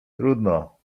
trudno